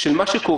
של מה שקורה,